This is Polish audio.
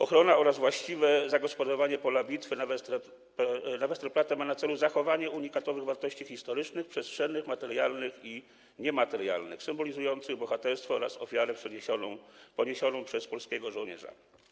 Ochrona oraz właściwe zagospodarowanie Pola Bitwy na Westerplatte ma na celu zachowanie unikatowych wartości historycznych, przestrzennych, materialnych i niematerialnych symbolizujących bohaterstwo oraz ofiarę poniesioną przez polskiego żołnierza.